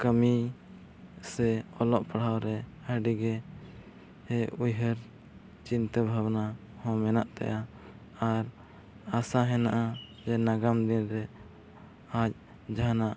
ᱠᱟᱹᱢᱤ ᱥᱮ ᱚᱞᱚᱜᱼᱯᱟᱲᱦᱟᱣᱨᱮ ᱟᱹᱰᱤᱜᱮ ᱩᱭᱦᱟᱹᱨ ᱪᱤᱱᱛᱟᱹᱼᱵᱷᱟᱵᱽᱱᱟ ᱦᱚᱸ ᱢᱮᱱᱟᱜ ᱛᱟᱭᱟ ᱟᱨ ᱟᱥᱟ ᱦᱮᱱᱟᱜᱼᱟ ᱡᱮ ᱟᱜᱟᱢ ᱫᱤᱱᱨᱮ ᱟᱡ ᱡᱟᱦᱟᱱᱟᱜ